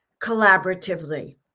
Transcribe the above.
collaboratively